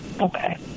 okay